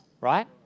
right